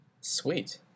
Sweet